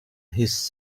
his